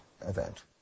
event